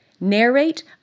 narrate